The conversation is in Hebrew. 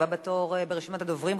הבא בתור ברשימת הדוברים,